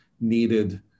needed